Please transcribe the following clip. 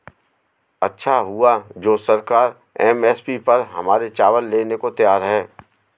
अच्छा हुआ जो सरकार एम.एस.पी पर हमारे चावल लेने को तैयार है